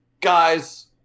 Guys